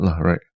right